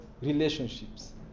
relationships